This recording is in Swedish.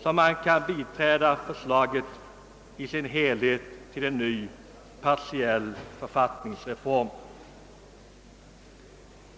som jag biträder förslaget i dess helhet till en ny partiell författningsreform.